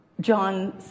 John